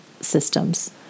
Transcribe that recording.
systems